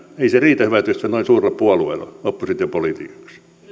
ei se riitä hyvät ystävät noin suuren puolueen oppositiopolitiikaksi eikä